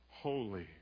holy